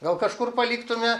gal kažkur paliktume